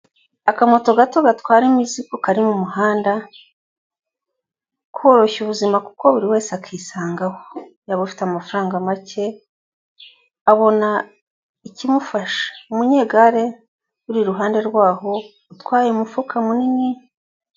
Akamoto gato gatwara imizigo kari mu muhanda, koroshya ubuzima kuko buri wese akisangaho, yaba afite amafaranga make abona ikimufasha, umunyegare uri iruhande rwaho utwaye umufuka munini.